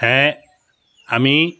হ্যাঁ আমি